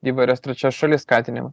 įvairias trečias šalis skatinimą